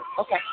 Okay